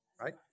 right